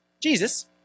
Jesus